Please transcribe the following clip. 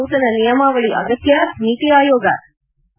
ನೂತನ ನಿಯಮಾವಳಿ ಅಗತ್ಯ ನೀತಿ ಆಯೋಗೆ